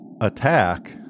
attack